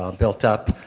um built up,